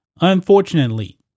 Unfortunately